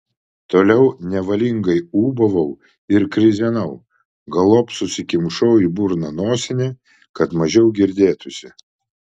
toliau nevalingai ūbavau ir krizenau galop susikimšau į burną nosinę kad mažiau girdėtųsi